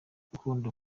rukundo